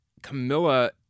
Camilla